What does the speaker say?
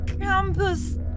Campus